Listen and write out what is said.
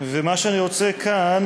ומה שאני רוצה כאן